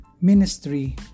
ministry